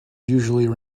usually